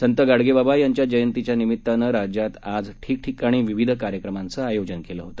संत गाडगेबाबा यांच्या जयंतीच्या निमीत्तानं राज्यात आज ठिकठिकाणी विविध कार्यक्रमांचं आयोजन केलं आहे